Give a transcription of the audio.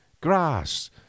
grass